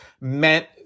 meant